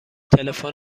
تلفن